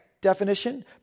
definition